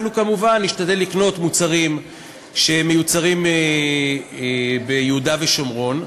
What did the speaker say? אנחנו כמובן נשתדל לקנות מוצרים שמיוצרים ביהודה ושומרון.